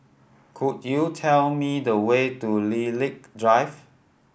could you tell me the way to Lilac Drive